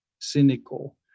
cynical